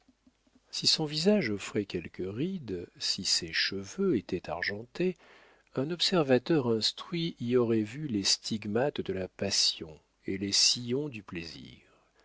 si son visage offrait quelques rides si ses cheveux étaient argentés un observateur instruit y aurait vu les stigmates de la passion et les sillons du plaisir